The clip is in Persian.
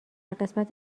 قسمت